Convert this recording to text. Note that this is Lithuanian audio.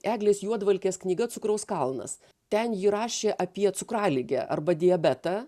eglės juodvalkės knyga cukraus kalnas ten ji rašė apie cukraligę arba diabetą